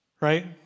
right